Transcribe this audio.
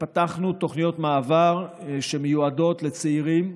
פתחנו תוכניות מעבר שמיועדות לצעירים,